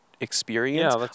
experience